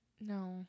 No